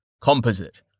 Composite